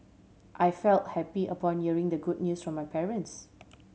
I felt happy upon hearing the good news from my parents